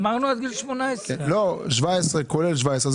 אמרנו עד גיל 18. כולל 17,